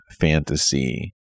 fantasy